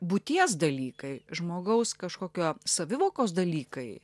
būties dalykai žmogaus kažkokio savivokos dalykai